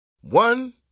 One